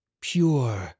Pure